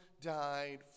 died